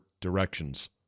directions